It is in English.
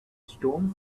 stones